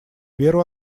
веру